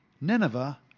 Nineveh